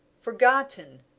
Forgotten